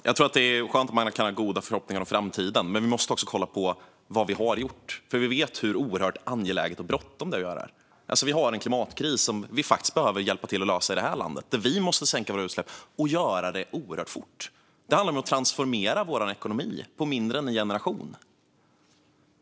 Fru talman! Det är skönt att ha gott hopp om framtiden, men vi måste också kolla på vad vi har gjort eftersom vi vet hur angeläget och bråttom det är. Vi har en klimatkris som Sverige måste hjälpa till att lösa genom att sänka sina utsläpp och göra det fort. Det handlar om att transformera vår ekonomi på mindre än en generation.